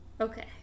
Okay